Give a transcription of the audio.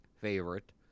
favorite